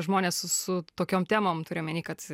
žmonės su su tokiom temom turiu omeny kad